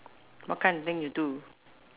what kind of thing you do